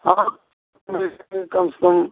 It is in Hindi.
हाँ कम से कम